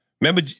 Remember